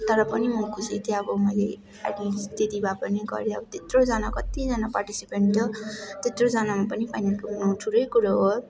तर पनि मो खुसी थिएँ अब मैले एटलिस्ट त्यति भए पनि गरेँ अब त्यत्रोजना कतिजना पार्टिसिपेन्ट थियो त्यत्रोजनामा पनि फाइनल पुग्नु ठुलै कुरो हो